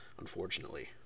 unfortunately